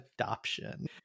adoption